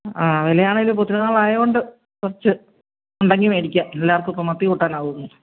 ആ വില ആണെങ്കിൽ ഇപ്പോൾ ഒത്തിരി നാളായത് കൊണ്ട് കുറച്ച് ഉണ്ടെങ്കിൽ മെഡിക്ക്യ എല്ലാവർക്കും ഇപ്പോൾ മത്തി കൂട്ടാനാണ് പൂതി